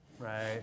Right